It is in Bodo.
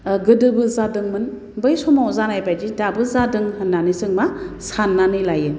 ओह गोदोबो जादोंमोन बै समाव जानाय बायदि दाबो जादों होननानै जों मा साननानै लायो